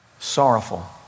Sorrowful